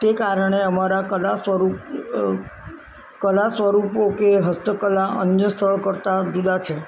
તે કારણે અમારા કલા સ્વરૂપ કલા સ્વરૂપો કે હસ્તકલા અન્ય સ્થળ કરતાં જુદા છે